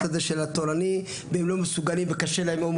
הזה של התורני והם לא מסוגלים וקשה להם.